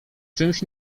czymś